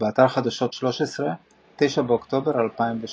באתר חדשות 13, 9 באוקטובר 2017